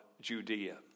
Judea